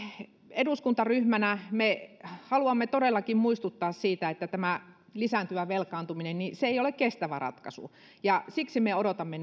eduskuntaryhmänä haluamme todellakin muistuttaa siitä että tämä lisääntyvä velkaantuminen ei ole kestävä ratkaisu ja siksi me odotamme